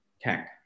tech